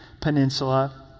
Peninsula